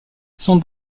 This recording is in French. sont